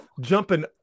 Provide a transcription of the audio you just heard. Jumping